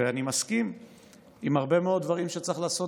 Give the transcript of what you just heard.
ואני מסכים עם הרבה מאוד דברים שצריך לעשות